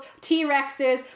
T-Rexes